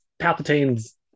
palpatine's